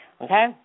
Okay